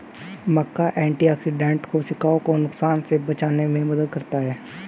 मक्का antioxidant कोशिकाओं को नुकसान से बचाने में मदद करता है